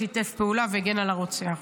החבר ששיתף פעולה והגן על הרוצח.